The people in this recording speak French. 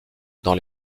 dans